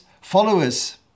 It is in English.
followers